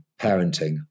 parenting